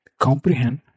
comprehend